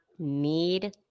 need